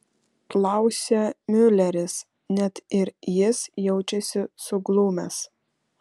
klausia miuleris net ir jis jaučiasi suglumęs